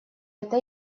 это